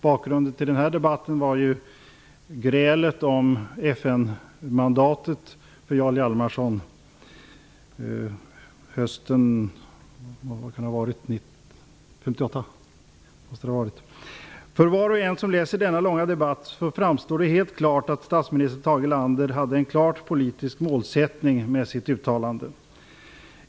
Bakgrunden till denna debatt var grälet om FN-mandatet för Jarl Hjalmarsson hösten 1958. För var och en som läser denna långa debatt, framstår helt klart att statsminister Tage Erlander hade en klart politisk målsättning med sitt uttalande.